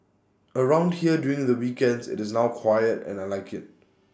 around here during the weekends IT is now quiet and I Like IT